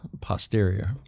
posterior